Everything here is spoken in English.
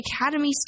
Academy